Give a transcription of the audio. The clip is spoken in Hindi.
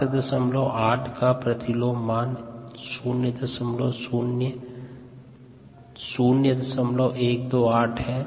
v का प्रतिलोम 1v है